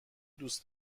دوست